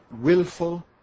willful